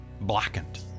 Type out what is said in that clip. blackened